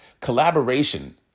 collaboration